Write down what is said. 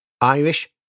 Irish